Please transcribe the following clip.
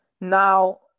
Now